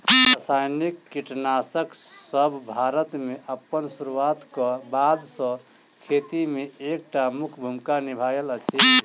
रासायनिक कीटनासकसब भारत मे अप्पन सुरुआत क बाद सँ खेती मे एक टा मुख्य भूमिका निभायल अछि